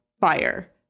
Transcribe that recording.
fire